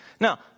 Now